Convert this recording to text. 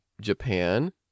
Japan